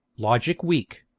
logic weak,